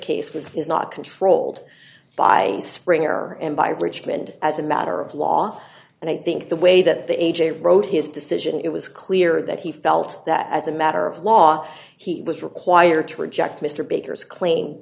case was is not controlled by springer and by richmond as a matter of law and i think the way that the a j wrote his decision it was clear that he felt that as a matter of law he was required to reject mr baker's cl